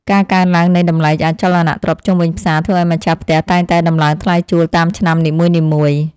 ការកើនឡើងនៃតម្លៃអចលនទ្រព្យជុំវិញផ្សារធ្វើឱ្យម្ចាស់ផ្ទះតែងតែដំឡើងថ្លៃជួលតាមឆ្នាំនីមួយៗ។